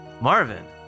Marvin